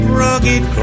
rugged